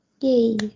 Yay